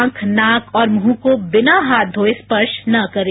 आंख नाक और मुंह को बिना हाथ धोये स्पर्श न करें